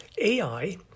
AI